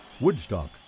Woodstock